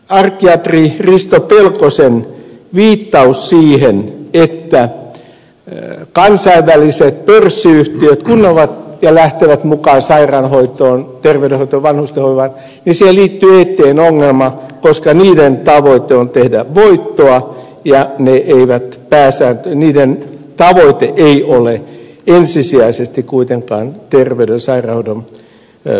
arkkiatri risto pelkonen on viitannut siihen että kun kansainväliset pörssiyhtiöt lähtevät mukaan sairaanhoitoon terveydenhoitoon vanhustenhoivaan niin siihen liittyy eettinen ongelma koska niiden tavoite on tehdä voittoa ja niiden tavoite ei ole ensisijaisesti kuitenkaan terveyden ja sairaanhoidon palvelujen antaminen